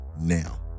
now